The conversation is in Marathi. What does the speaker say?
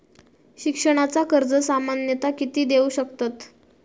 शिक्षणाचा कर्ज सामन्यता किती देऊ शकतत?